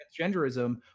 transgenderism